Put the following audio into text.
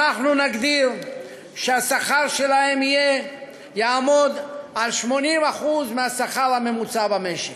אנחנו נגדיר שהשכר שלהם יעמוד על 80% מהשכר הממוצע במשק,